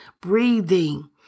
breathing